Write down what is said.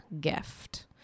gift